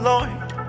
Lord